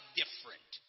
different